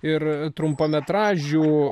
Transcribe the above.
ir trumpametražių